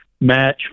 match